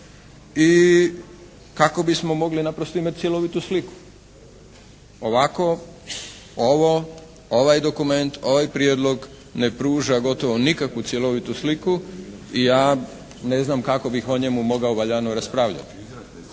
i kako bismo naprosto mogli imati cjelovitu sliku. Ovako, ovo, ovaj dokument, ovaj prijedlog ne pruža gotovo nikakvu cjelovitu sliku i ja ne znam, kako bih o njemu mogao valjano raspravljati.